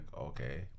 okay